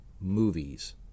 movies